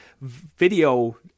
video